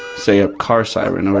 say a car siren,